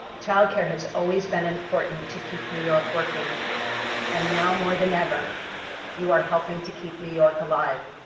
child care has always been important to keep new york working and now more than ever you are helping to keep new york alive.